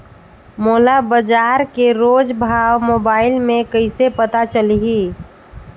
मोला बजार के रोज भाव मोबाइल मे कइसे पता चलही?